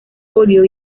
óleo